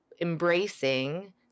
embracing